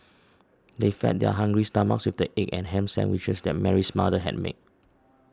they fed their hungry stomachs with the egg and ham sandwiches that Mary's mother had made